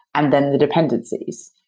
and then the dependencies,